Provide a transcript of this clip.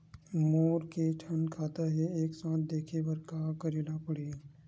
मोर के थन खाता हे एक साथ देखे बार का करेला पढ़ही?